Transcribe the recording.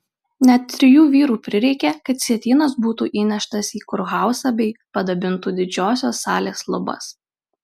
net trijų vyrų prireikė kad sietynas būtų įneštas į kurhauzą bei padabintų didžiosios salės lubas